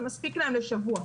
זה מספיק להם לשבוע.